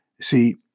see